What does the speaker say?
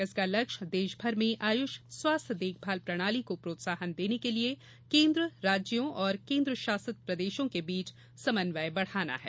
इसका लक्ष्य देशभर में आयुष स्वाध्य देखभाल प्रणाली को प्रोत्साहन देने के लिए केन्द्र राज्यों और केन्द्रशासित प्रदेशों के बीच समन्वय बढ़ाना है